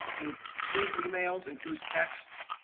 and it includes emails, includes texts,